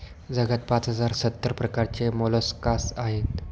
जगात पाच हजार सत्तर प्रकारचे मोलस्कास आहेत